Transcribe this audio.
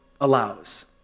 allows